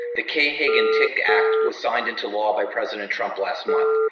the kay hagan tick act was signed into law by president trump last month.